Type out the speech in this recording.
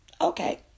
Okay